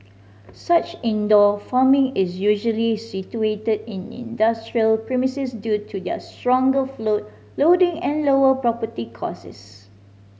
such indoor farming is usually situated in industrial premises due to their stronger floor loading and lower property costs